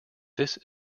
this